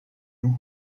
loup